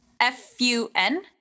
F-U-N